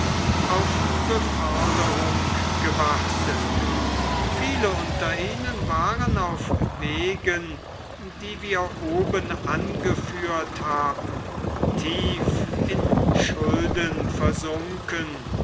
auf beförderung gewartet viele unter ihnen waren auf wegen die wir oben angeführt haben tief in schulden versunken